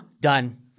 Done